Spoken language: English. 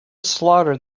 slaughter